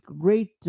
great